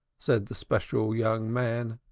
said the special young man.